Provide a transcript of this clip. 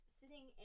sitting